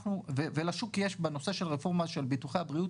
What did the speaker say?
ולשוק יש בנושא של רפורמה של ביטוחי הבריאות,